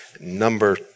number